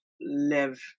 live